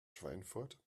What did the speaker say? schweinfurt